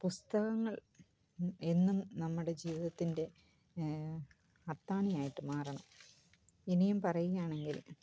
പുസ്തകങ്ങൾ എന്നും നമ്മുടെ ജീവിതത്തിൻ്റെ അത്താണി ആയിട്ട് മാറണം ഇനിയും പറയുകയാണെങ്കിൽ